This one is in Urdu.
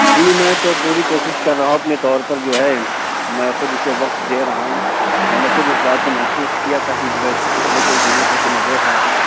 جی میں تو پوری کوشش کر رہا ہوں اپنے طور پر جو ہے میں خود اُسے وقت دے رہا ہوں میں نے خود اِس بات کو محسوس کیا تھا کہ جو ہے پچھلے کئی دنوں سے کہ میں دیکھ رہا تھا